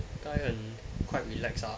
应该 quite relaxed ah